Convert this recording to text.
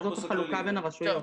זאת החלוקה בין הרשויות.